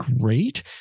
great